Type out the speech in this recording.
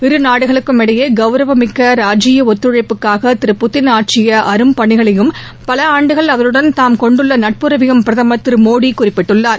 இருநாடுகளுக்கும் இடையே கௌரவமிக்க ராஜீய ஒத்துழைப்புக்காக திரு புதின் ஆற்றிய அரும்பணிகளையும் பல ஆண்டுகள் அவருடன் தாம் கொண்டுள்ள நட்புறவையும் பிரதமர் திரு மோடி குறிப்பிட்டுள்ளார்